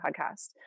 podcast